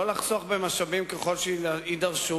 לא לחסוך במשאבים, ככל שיידרשו,